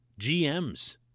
GMs